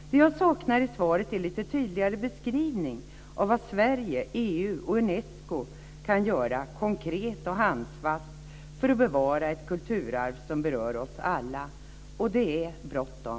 Det som jag saknar i svaret är en lite tydligare beskrivning av vad Sverige, EU och Unesco kan göra konkret och handfast för att bevara ett kulturarv som berör oss alla. Och det är bråttom.